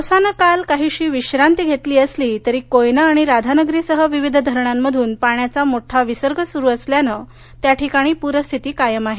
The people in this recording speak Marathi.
पावसानं काल काहीशी विश्रांती घेतली असली तरी कोयना आणि राधानगरीसह विविध धरणांमधून पाण्याचा मोठा विसर्ग चालू असल्याने त्या ठिकाणी पूरस्थिती कायम आहे